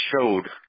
showed